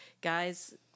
guys